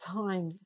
time